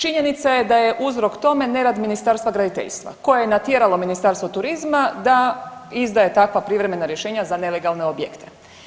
Činjenica je da je uzrok tome nerad Ministarstva graditeljstva koje je natjeralo Ministarstvo turizma da izdaje takva privremena rješenja za nelegalne objekte.